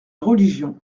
religion